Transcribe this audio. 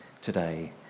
today